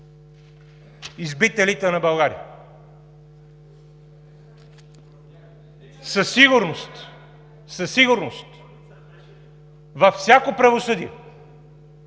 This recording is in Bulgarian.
избит елитът на България, със сигурност, със сигурност във всяко правосъдие